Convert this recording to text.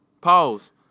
Pause